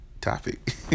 topic